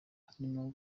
harimo